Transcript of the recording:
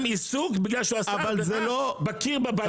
עיסוק בגלל שהוא עשה עבירה בקיר בבית.